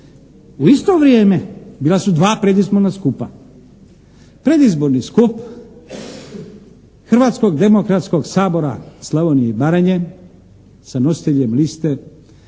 u isto vrijeme bila su dva predizborna skupa. Predizborni skup Hrvatskog demokratskog sabora Slavonije i Baranje, sa nositeljem liste